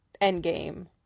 endgame